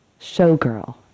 showgirl